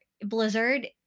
Blizzard